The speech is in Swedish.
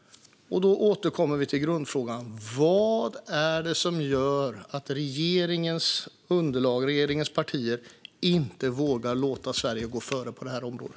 Då återkommer vi till grundfrågan: Vad är det som gör att regeringens partier inte vågar låta Sverige gå före på detta område?